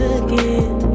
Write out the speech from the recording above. again